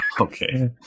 Okay